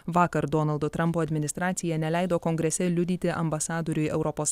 vakar donaldo trumpo administracija neleido kongrese liudyti ambasadoriui europos